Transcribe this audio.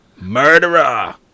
Murderer